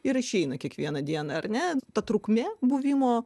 ir išeina kiekvieną dieną ar ne ta trukmė buvimo